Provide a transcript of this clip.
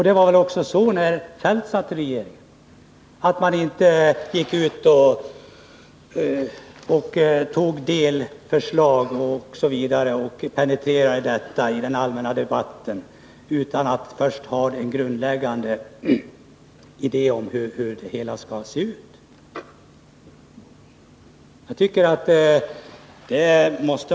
Det var väl så också när Kjell-Olof Feldt satt i regering, att man inte gick ut med delförslag och penetrerade dem i den allmänna debatten utan att först ha en grundläggande uppfattning om hur helheten skulle se ut.